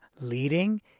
leading